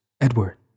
Edward